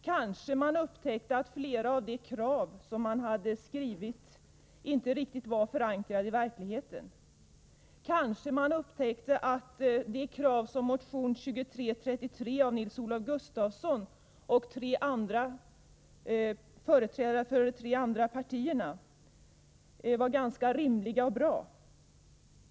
Kanske man upptäckte att flera av de krav som man hade ställt inte var riktigt förankrade i verkligheten. Kanske man upptäckte att de krav som motion 2333 av Nils-Olof Gustafsson och företrädare för de tre andra partierna innehöll var ganska rimliga och bra.